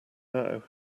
now